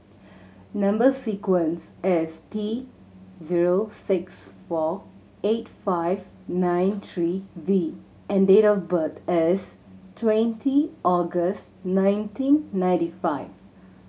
number sequence is T zero six four eight five nine three V and date of birth is twenty August nineteen ninety five